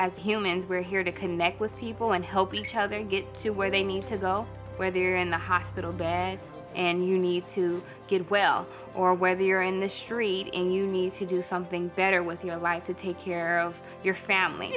as humans we're here to connect with people and help each other get to where they need to go whether you're in the hospital and you need to get well or whether you're in the street and you need to do something better with your life to take care of your family